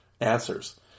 answers